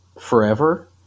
Forever